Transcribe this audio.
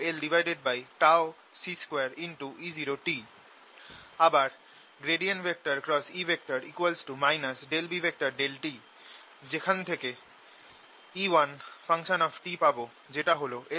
আবার E B∂t যেখান থেকে E1 পাব যেটা হল l2τC2E0